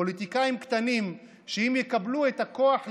פוליטיקאים קטנים שאם יקבלו את הכוח להנהיג,